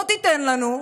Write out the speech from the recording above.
לא תיתן לנו,